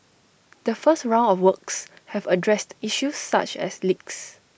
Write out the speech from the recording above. the first round of works have addressed issues such as leaks